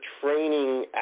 training